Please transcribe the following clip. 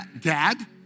dad